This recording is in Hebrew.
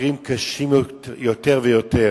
מקרים קשים יותר ויותר.